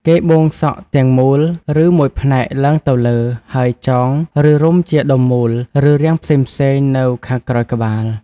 គេបួងសក់ទាំងមូល ឬមួយផ្នែកឡើងទៅលើ ហើយចង ឬរុំជាដុំមូល ឬរាងផ្សេងៗនៅខាងក្រោយក្បាល។